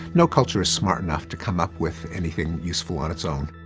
no culture is smart enough to come up with anything useful on its own.